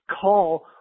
call